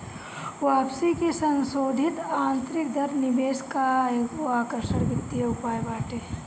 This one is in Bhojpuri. वापसी के संसोधित आतंरिक दर निवेश कअ एगो आकर्षक वित्तीय उपाय बाटे